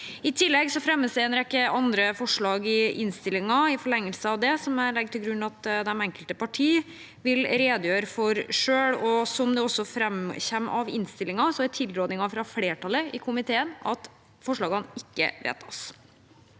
I tillegg fremmes det en rekke andre forslag i innstillingen, og i forlengelsen av det må jeg legge til grunn at de enkelte partiene selv vil redegjøre for sine forslag. Som det også framkommer av innstillingen, er tilrådingen fra flertallet i komiteen at forslagene ikke vedtas.